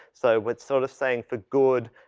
so, what sort of saying for good,